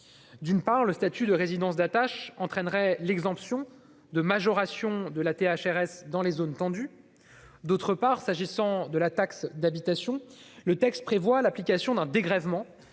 D'une part, le statut de résidence d'attache entraînerait l'exemption de majoration de la THRS dans les zones tendues. D'autre part, le texte prévoit l'application d'un dégrèvement